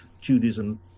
Judaism